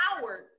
Howard